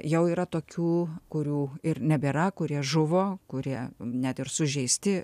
jau yra tokių kurių ir nebėra kurie žuvo kurie net ir sužeisti